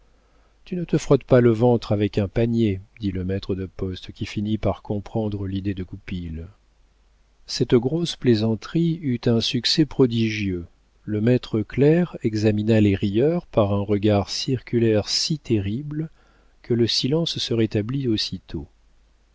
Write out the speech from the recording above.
tu ne te frottes pas le ventre avec un panier dit le maître de poste qui finit par comprendre l'idée de goupil cette grosse plaisanterie eut un succès prodigieux le maître clerc examina les rieurs par un regard circulaire si terrible que le silence se rétablit aussitôt